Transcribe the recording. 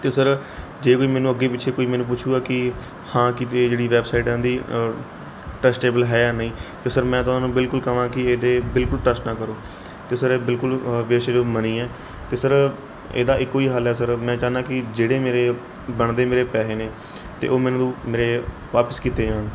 ਅਤੇ ਸਰ ਜੇ ਕੋਈ ਮੈਨੂੰ ਅੱਗੇ ਪਿੱਛੇ ਕੋਈ ਮੈਨੂੰ ਪੁੱਛੇਗਾ ਕਿ ਹਾਂ ਕਿਤੇ ਜਿਹੜੀ ਵੈਬਸਾਈਟ ਹੈ ਉਨ੍ਹਾਂ ਦੀ ਟਰੱਸਟੇਬਲ ਹੈ ਜਾਂ ਨਹੀਂ ਅਤੇ ਸਰ ਮੈਂ ਤਾਂ ਉਹਨਾਂ ਨੂੰ ਬਿਲਕੁਲ ਕਵਾਂ ਕਿ ਇਹ 'ਤੇ ਬਿਲਕੁਲ ਟਰੱਸਟ ਨਾ ਕਰੋ ਅਤੇ ਸਰ ਇਹ ਬਿਲਕੁਲ ਵੇਸਟੇਜ਼ ਆਫ ਮਨੀ ਹੈ ਅਤੇ ਸਰ ਇਹਦਾ ਇੱਕੋ ਹੀ ਹੱਲ ਹੈ ਸਰ ਮੈਂ ਚਾਹੁੰਦਾ ਕਿ ਜਿਹੜੇ ਮੇਰੇ ਬਣਦੇ ਮੇਰੇ ਪੈਸੇ ਨੇ ਅਤੇ ਉਹ ਮੈਨੂੰ ਮੇਰੇ ਵਾਪਿਸ ਕੀਤੇ ਜਾਣ